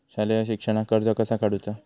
शालेय शिक्षणाक कर्ज कसा काढूचा?